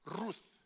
Ruth